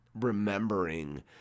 remembering